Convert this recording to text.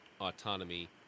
autonomy